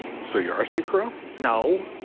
so you are steve carell? no.